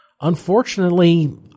Unfortunately